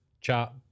chat